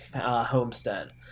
homestead